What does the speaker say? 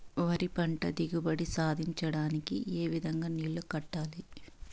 వరి పంట దిగుబడి సాధించడానికి, ఏ విధంగా నీళ్లు కట్టాలి?